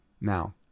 Now